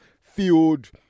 field